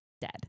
dead